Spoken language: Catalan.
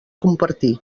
compartir